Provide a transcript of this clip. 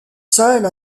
seuls